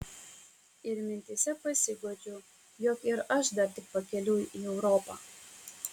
ir mintyse pasiguodžiu jog ir aš dar tik pakeliui į europą